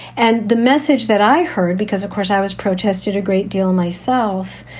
and the message that i heard, because, of course, i was protested a great deal myself,